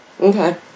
Okay